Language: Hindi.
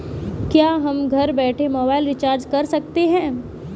क्या हम घर बैठे मोबाइल रिचार्ज कर सकते हैं?